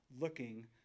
looking